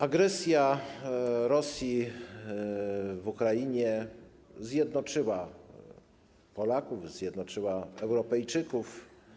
Agresja Rosji w Ukrainie zjednoczyła Polaków, zjednoczyła Europejczyków.